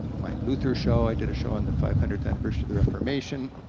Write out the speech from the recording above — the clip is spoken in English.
my luther show, i did a show on the five hundredth anniversary of the reformation,